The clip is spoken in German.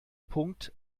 punkt